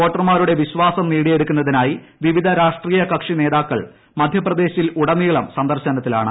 വോട്ടർമാരുടെ വിശ്വാസം നേടിയെടുക്കുന്നതിനായി വിവിധ രാഷ്ട്രീയ കക്ഷി നേതാക്കൾ മധ്യപ്രദേശിൽ ഉടനീളം സന്ദർശനത്തിലാണ്